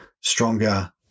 stronger